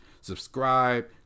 subscribe